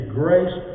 grace